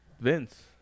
Vince